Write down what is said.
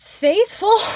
Faithful